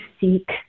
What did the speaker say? seek